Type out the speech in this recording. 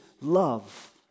love